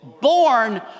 born